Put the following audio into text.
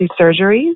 surgeries